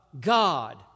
God